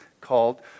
called